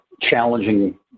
challenging